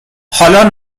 حالا